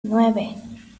nueve